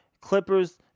Clippers